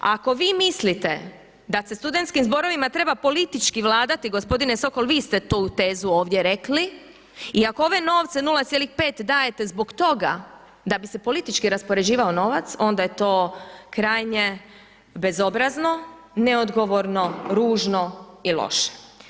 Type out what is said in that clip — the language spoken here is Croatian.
Ako vi mislite da se studentskim zborovima treba politički vladati gospodine Sokol vi ste tu tezu ovdje rekli i ako ove novce 0,5 dajete zbog toga da bi se politički raspoređivao novac onda je to krajnje bezobrazno, neodgovorno, ružno i loše.